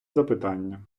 запитання